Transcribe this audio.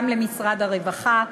גם למשרד הרווחה.